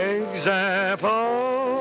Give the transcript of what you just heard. example